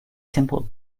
simple